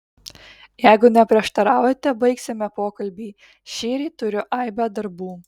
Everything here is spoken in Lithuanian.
jeigu neprieštaraujate baigsime pokalbį šįryt turiu aibę darbų